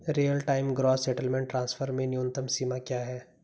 Real time gross settlement transfer में न्यूनतम सीमा क्या है?